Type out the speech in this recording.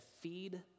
feed